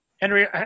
Henry